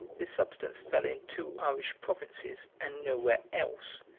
this substance fell in two irish provinces, and nowhere else,